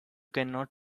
cannot